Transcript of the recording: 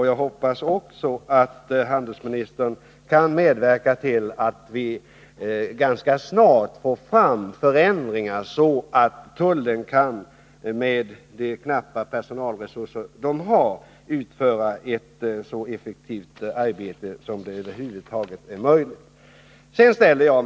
Jag hoppas att handelsministern kan medverka till att vi ganska snart får fram förändringar, så att tullen, med de knappa personalresurser man där har, kan utföra ett så effektivt arbete som över huvud taget är möjligt.